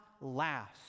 last